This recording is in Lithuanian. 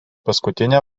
paskutinę